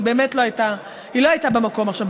היא באמת לא הייתה במקום עכשיו,